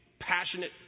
passionate